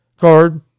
card